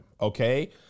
Okay